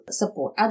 support